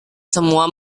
semua